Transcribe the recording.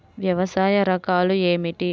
వ్యవసాయ రకాలు ఏమిటి?